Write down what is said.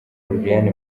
lilian